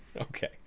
Okay